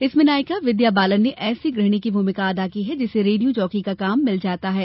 इसमें नायिका विद्याबालन ने ऐसी गृहणी की भूमिका अदा की है जिसे रेडियो जॉकी का काम मिल जाता है